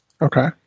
Okay